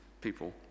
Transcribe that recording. people